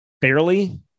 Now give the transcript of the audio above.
barely